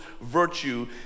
virtue